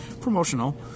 promotional